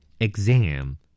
Exam